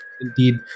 Indeed